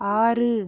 ஆறு